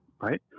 right